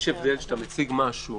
יש הבדל, כשאתה מציג משהו